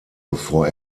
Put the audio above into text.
bevor